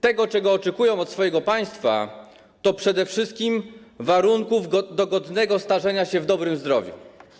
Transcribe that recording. To, czego oczekują od swojego państwa, to przede wszystkim warunki do godnego starzenia się w dobrym zdrowiu.